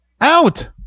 out